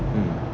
mm